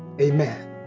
Amen